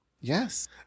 Yes